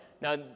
Now